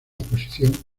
oposición